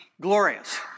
glorious